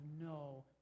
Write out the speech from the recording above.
no